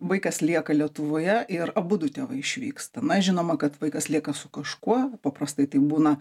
vaikas lieka lietuvoje ir abudu tėvai išvyksta na žinoma kad vaikas lieka su kažkuo paprastai tai būna